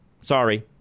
Sorry